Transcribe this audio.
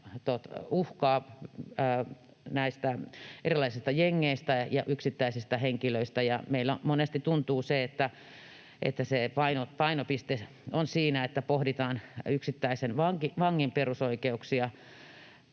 uhkaa näistä erilaisista jengeistä ja yksittäisistä henkilöistä. Monesti tuntuu, että meillä se painopiste on siinä, että pohditaan yksittäisen vangin perusoikeuksia